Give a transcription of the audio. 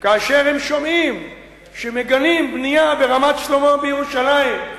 כאשר הם שומעים שמגנים בנייה ברמת-שלמה בירושלים.